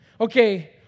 Okay